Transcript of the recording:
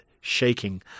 shaking